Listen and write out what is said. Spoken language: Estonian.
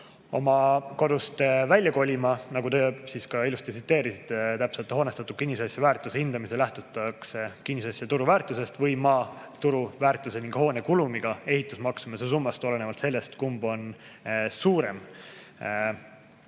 oma kodust välja kolima. Nagu te ilusti täpselt tsiteerisite, siis hoonestatud kinnisasja väärtuse hindamisel lähtutakse kinnisasja turuväärtusest või maa turuväärtuse ning hoone kulumiga ehitusmaksumuse summast, olenevalt sellest, kumb on suurem.